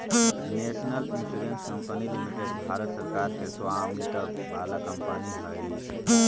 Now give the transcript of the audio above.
national Insurance Company Limited Bharat सरकार के स्वामित्व वाला कंपनी हई